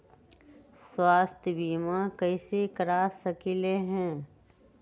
स्वाथ्य बीमा कैसे करा सकीले है?